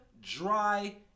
dry